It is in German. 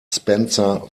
spencer